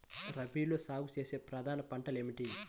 రబీలో సాగు చేసే ప్రధాన పంటలు ఏమిటి?